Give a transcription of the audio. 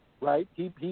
right